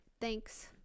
thanks